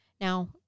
Now